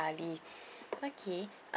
ali okay